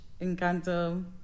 Encanto